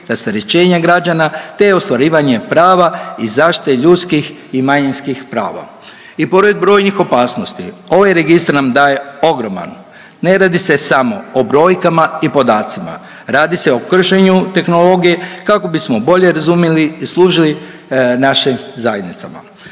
rasterećenja građana, te ostvarivanje prava i zaštite ljudskih i manjinskih prava. I pored brojnih opasnosti ovaj registar nam daje ogroman, ne radi se samo o brojkama i podacima, radi se o kršenju tehnologije kako bismo bolje razumjeli i služili našim zajednicama.